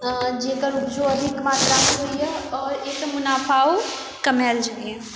जेकर उपजो अधिक मात्रामे होइया और एकर मुनाफा कमाएल जाइत यऽ